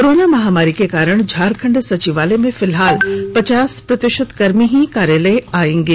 corona महामारी के कारण झारखंड सचिवालय में फिलहाल पचास प्रतिशत कर्मी ही कार्यालय आयेंगे